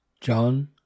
John